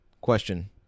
Question